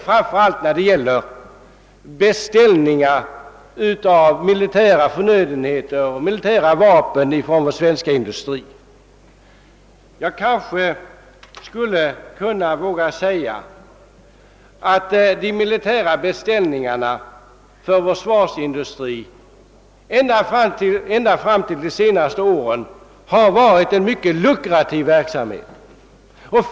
Framför allt tänker jag därvid på beställningar av militära förnödenheter och vapen från den svenska industrin. Jag vågar påstå att de militära beställningarna har varit mycket lukrativa för försvarsindustrin ända fram till de senaste åren.